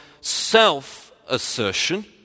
self-assertion